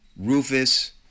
Rufus